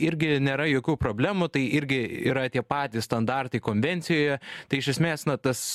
irgi nėra jokių problemų tai irgi yra tie patys standartai konvencijoje tai iš esmės na tas